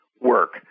work